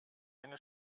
eine